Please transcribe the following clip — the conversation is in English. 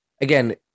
again